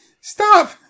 Stop